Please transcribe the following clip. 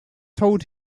told